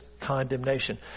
condemnation